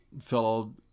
fellow